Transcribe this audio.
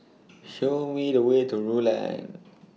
Show Me The Way to Rulang